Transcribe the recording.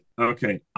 Okay